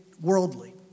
worldly